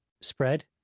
spread